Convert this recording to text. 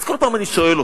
אז כל פעם אני שואל אותו: